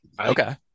okay